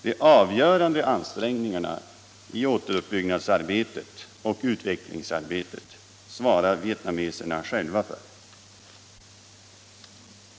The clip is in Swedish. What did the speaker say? De avgörande ansträngningarna i återuppbyggnadsoch utvecklingsarbetet svarar vietnameserna själva för.